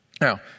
Now